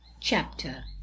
chapter